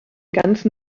ganzen